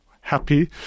happy